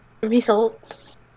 results